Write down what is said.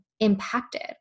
impacted